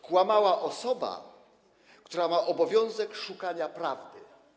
Kłamała osoba, która ma obowiązek szukania prawdy.